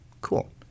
cool